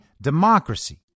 democracy